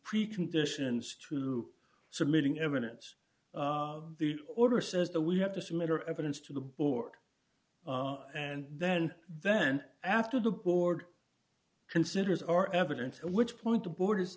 preconditions to submitting evidence the order says the we have to submit or evidence to the board and then then after the board considers our evidence which point to borders